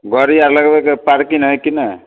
गड़ी आर लगबैके पार्किग है की नहि